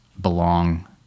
belong